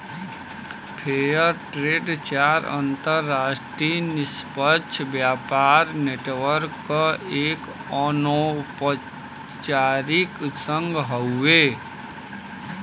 fair trade चार अंतरराष्ट्रीय निष्पक्ष व्यापार नेटवर्क क एक अनौपचारिक संघ हउवे